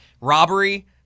robbery